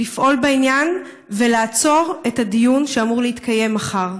לפעול בעניין ולעצור את הדיון שאמור להתקיים מחר.